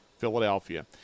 philadelphia